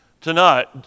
Tonight